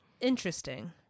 interesting